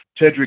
Tedrick